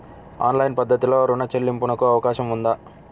Online పద్ధతిలో రుణ చెల్లింపునకు అవకాశం ఉందా?